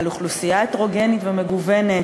על אוכלוסייה הטרוגנית ומגוונת,